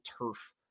turf